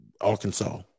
Arkansas